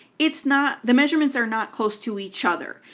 it's not, the measurements are not close to each other.